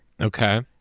okay